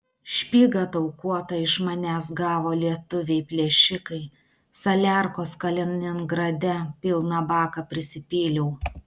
špygą taukuotą iš manęs gavo lietuviai plėšikai saliarkos kaliningrade pilną baką prisipyliau